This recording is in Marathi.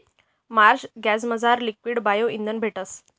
मार्श गॅसमझार लिक्वीड बायो इंधन भेटस